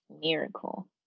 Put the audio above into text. miracle